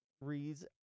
reads